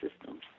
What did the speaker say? systems